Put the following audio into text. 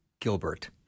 Gilbert